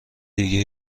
دیگه